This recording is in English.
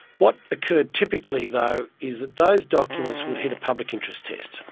what occurred typically though, is that those documents would hit a public interest test.